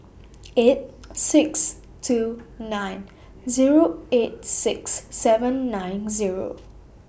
eight six two nine Zero eight six seven nine Zero